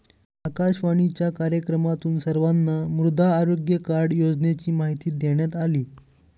आकाशवाणीच्या कार्यक्रमातून सर्वांना मृदा आरोग्य कार्ड योजनेची माहिती देण्यात आली